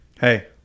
hey